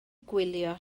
gwylio